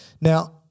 Now